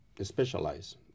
specialize